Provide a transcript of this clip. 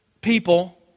people